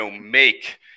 make